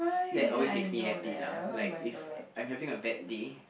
that always makes me happy lah like if I'm having a bad day